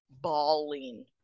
bawling